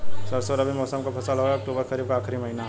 सरसो रबी मौसम क फसल हव अक्टूबर खरीफ क आखिर महीना हव